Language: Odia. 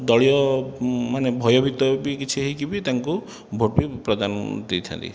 ଦଳୀୟ ମାନେ ଭୟଭୀତ ହୋଇ ବି କିଛି ହୋଇକି ବି ତାଙ୍କୁ ଭୋଟ ବି ପ୍ରଦାନ ଦେଇଥାନ୍ତି